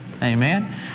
Amen